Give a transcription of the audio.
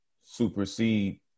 supersede